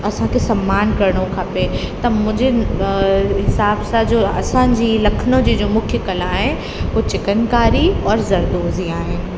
असांखे सम्मान करिणो खपे त मुंहिंजे हिसाब सां जो असांजी लखनऊ जी जो मुख्य कला आहे हू चिकनकारी और ज़रदोशी आहे